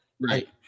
Right